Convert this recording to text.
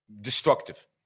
destructive